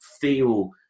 feel